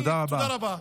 תודה רבה.